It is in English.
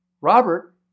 Robert